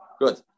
Good